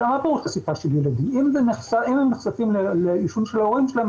אם הם נחשפים לעישון של ההורים שלהם,